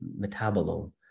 metabolome